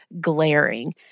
glaring